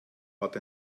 hat